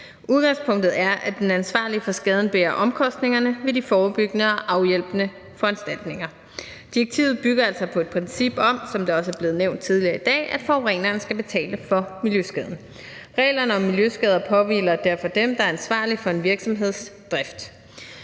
Udgangspunktet er, at den ansvarlige for skaden bærer omkostningerne ved de forebyggende og afhjælpende foranstaltninger. Direktivet bygger altså på et princip om, som det også er blevet nævnt tidligere i dag, at forureneren skal betale for miljøskaden. Reglerne om miljøskader påhviler derfor dem, der er ansvarlige for en virksomheds drift.